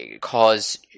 cause